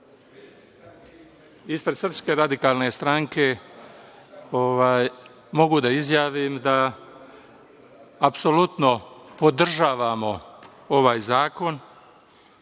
ispred Srpske radikalne stranke mogu da izjavim da apsolutno podržavamo ovaj zakon,